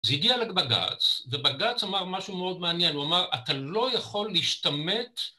זה הגיע לבג"ץ, ובג"ץ אמר משהו מאוד מעניין, הוא אמר אתה לא יכול להשתמט